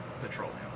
petroleum